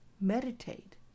meditate